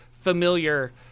familiar